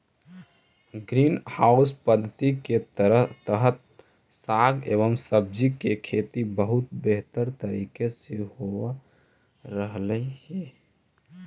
green house पद्धति के तहत साग एवं सब्जियों की खेती बहुत बेहतर तरीके से हो रहलइ हे